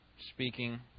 speaking